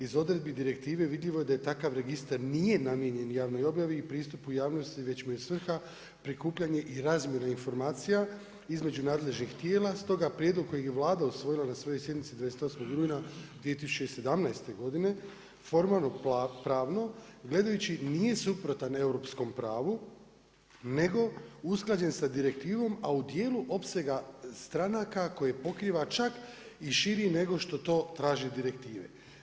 Iz odredbi direktive vidljivo je da takav registar nije namijenjen javnoj objavi i pristupu javnosti već mu je svrha prikupljanje i razmjena informacija između nadležnih tijela stoga prijedlog kojeg je Vlada usvojila na svojoj sjednici 28. rujna 2017. godine formalno-pravno gledajući nije suprotan europskom pravu, nego usklađen sa direktivom a u dijelu opsega stranaka koji pokriva čak i širi nego što to traže direktive.